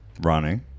Running